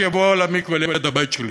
שיבוא למקווה ליד הבית שלי.